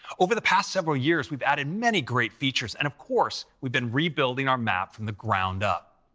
over the past several years, we've added many great features, and of course we've been rebuilding our map from the ground up.